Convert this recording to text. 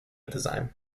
design